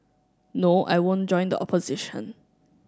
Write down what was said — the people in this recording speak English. no I won't join the opposition